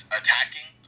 attacking